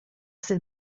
sut